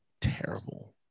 terrible